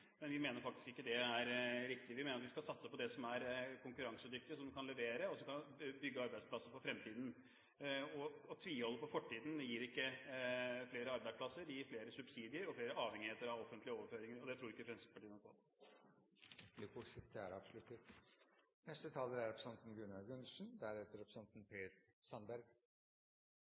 men vi mener faktisk at det ikke er riktig. Vi mener at vi skal satse på det som er konkurransedyktig og som kan levere, og så kan vi bygge arbeidsplasser for fremtiden. Å tviholde på fortiden gir ikke flere arbeidsplasser, det fører til flere subsidier og mer avhengighet av offentlige overføringer, og det tror ikke Fremskrittspartiet noe på. Replikkordskiftet er avsluttet. Å skape mer, ikke skatte mer, er